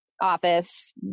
office